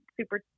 super